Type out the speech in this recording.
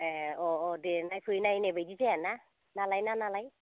ए अह अह दे नायफै नायनाय बायदि जाया ना ना लायै ना ना लायै